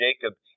Jacob